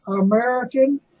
American